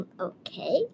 Okay